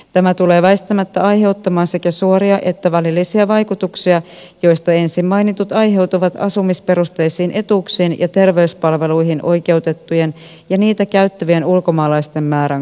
tämä tulee väistämättä aiheuttamaan sekä suoria että välillisiä vaikutuksia joista ensin mainitut aiheutuvat asumisperusteisiin etuuksiin ja terveyspalveluihin oikeutettujen ja niitä käyttävien ulkomaalaisten määrän kasvusta